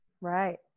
Right